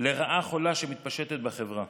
לבין רעה חולה שמתפשטת בחברה.